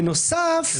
בנוסף,